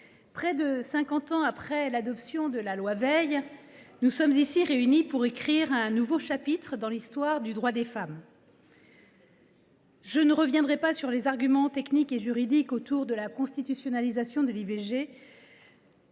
près de cinquante ans après l’adoption de la loi Veil, nous sommes ici réunis pour écrire un nouveau chapitre dans l’histoire des droits des femmes. Je ne reviendrai pas sur les arguments techniques et juridiques autour de la constitutionnalisation de l’IVG,